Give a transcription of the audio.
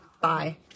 Bye